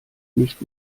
nicht